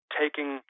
taking